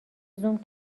زوم